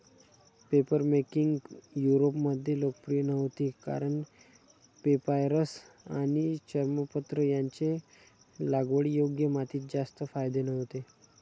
papermaking युरोपमध्ये लोकप्रिय नव्हती कारण पेपायरस आणि चर्मपत्र यांचे लागवडीयोग्य मातीत जास्त फायदे नव्हते